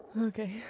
Okay